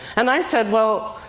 and i said, well,